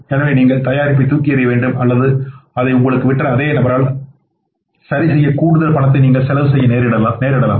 எனவே நீங்கள் தயாரிப்பை தூக்கி எறிய வேண்டும் அல்லது அதை உங்களுக்கு விற்ற அதே நபரால் சரிசெய்ய கூடுதல் பணத்தை நீங்கள் செலவு செய்ய நேரிடலாம்